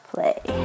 Play